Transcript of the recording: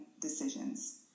decisions